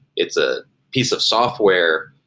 it's a piece of software,